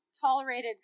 tolerated